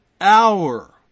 hour